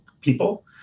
people